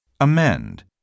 amend